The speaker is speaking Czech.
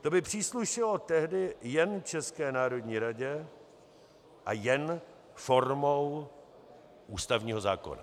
To by příslušelo tehdy jen České národní radě a jen formou ústavního zákona.